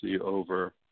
over